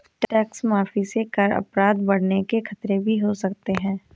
tax माफी से कर अपराध बढ़ने के खतरे भी हो सकते हैं